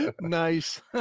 Nice